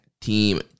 team